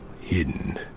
hidden